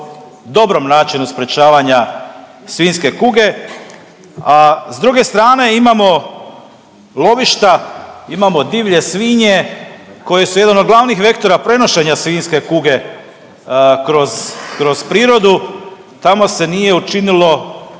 dobrom načinu sprječavanja svinjske kuge, a s druge strane imamo lovišta, imamo divlje svinje koje su jedan od glavnih vektora prenošenja svinjske kuge kroz, kroz prirodu, tamo se nije učinilo